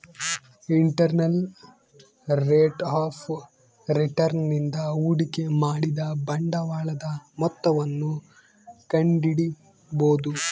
internal rate of return ನಿಂದ ಹೂಡಿಕೆ ಮಾಡಿದ ಬಂಡವಾಳದ ಮೊತ್ತವನ್ನು ಕಂಡಿಡಿಬೊದು